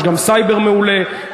יש גם סייבר מעולה.